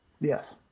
Yes